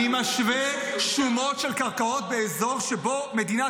אני משווה שומות של קרקעות באזור שמדינת